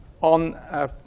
on